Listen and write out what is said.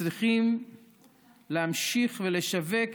צריכים להמשיך ולשווק